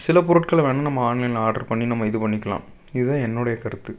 சில பொருட்களை வேணால் நம்ம ஆன்லைனில் ஆர்டர் பண்ணி நம்ம இது பண்ணிக்கலாம் இது தான் என்னோடைய கருத்து